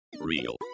Real